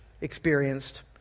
experienced